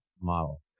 model